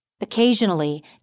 Occasionally